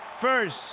first